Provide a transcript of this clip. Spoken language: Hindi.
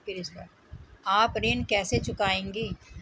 आप ऋण कैसे चुकाएंगे?